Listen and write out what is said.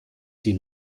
sie